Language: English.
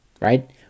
right